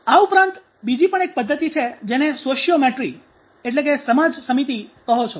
આ ઉપરાંત બીજી પણ એક પદ્ધતિ છે જેને તમે સોશિયોમેટ્રી સમાજસમિતિ કહો છો